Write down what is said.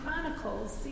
chronicles